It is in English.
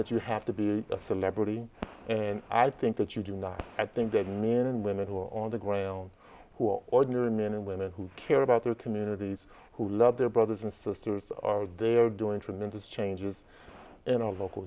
that you have to be a celebrity and i think that you do not i think that men and women who are on the ground who are ordinary men and women who care about their communities who love their brothers and sisters are there doing tremendous changes in our local